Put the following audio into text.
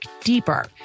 deeper